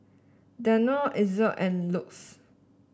Danone Ezion and Lux